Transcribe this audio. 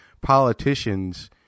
politicians